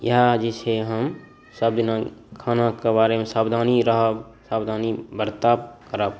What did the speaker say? इएह जे छै हम सबदिना खानाके बारेमे साबधानी रहब साबधानी बरतब करब